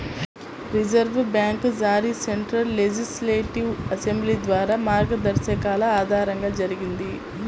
reserve bank జారీ central legislative assembly ద్వారా మార్గదర్శకాల ఆధారంగా జరిగింది